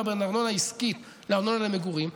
בין ארנונה עסקית לארנונה למגורים,